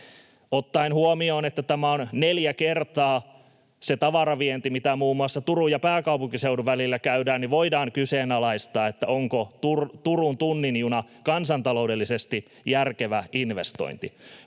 Ottaen huomioon, että tämä on neljä kertaa se tavaravienti, mitä muun muassa Turun ja pääkaupunkiseudun välillä käydään, voidaan kyseenalaistaa, onko Turun tunnin juna kansantaloudellisesti järkevä investointi,